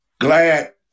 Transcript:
glad